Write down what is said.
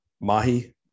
Mahi